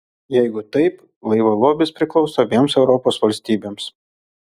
jeigu taip laivo lobis priklauso abiem europos valstybėms